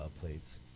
plates